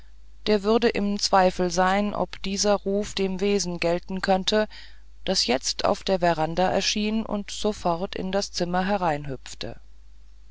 der würde im zweifel sein ob dieser ruf dem wesen gelten könnte das jetzt auf der veranda erschien und sofort in das zimmer